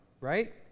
right